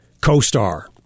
co-star